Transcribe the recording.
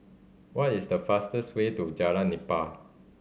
what is the fastest way to Jalan Nipah